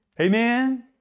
Amen